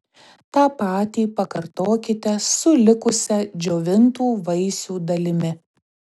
tą patį pakartokite su likusia džiovintų vaisių dalimi